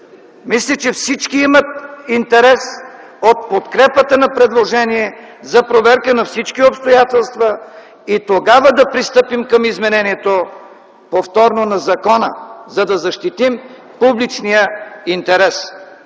мисля, че всички имат интерес от подкрепата на предложението за проверка на всички обстоятелства и тогава да пристъпим към повторното изменение на закона, за да защитим публичния интерес